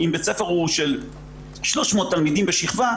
אם בית הספר הוא של 300 תלמידים בשכבה,